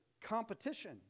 competition